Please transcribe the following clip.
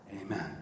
Amen